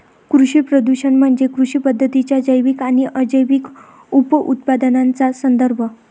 कृषी प्रदूषण म्हणजे कृषी पद्धतींच्या जैविक आणि अजैविक उपउत्पादनांचा संदर्भ